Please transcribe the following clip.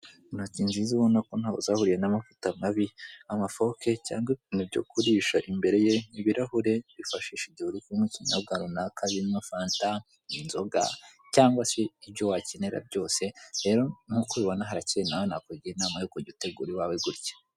Intoki nziza ubona ko ntaho zahuriye n'amavuta mabi, amafoke cyangwa ibintu byo kurisha imbere ye, ibirahure wifashisha igihe uri kunywa ikinyobwa runaka birimo fanta, inzoga cyangwa se ibyo wakenera byose rero nkuko ububona harakeye nawe nakugira inama yo kujya utegure iwawe gutya.